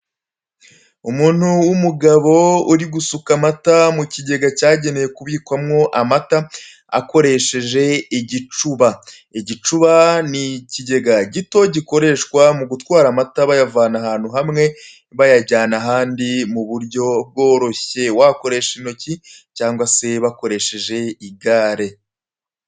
Umuntu w'umugabo uri gusuka amata mu kigega cyagenewe kubikwamo amata akoresheje igicuba, igicuba ni ikigega gito gikoreshwa mu gutwara amata bayavana ahantu hamwe bayajyana ahandi mu buryo bworoshye, wakoresha intoki cyangwa se bakoresheje igare.